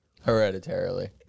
hereditarily